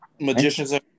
magicians